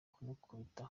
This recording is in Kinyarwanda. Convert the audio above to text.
kumukubita